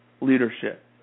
leadership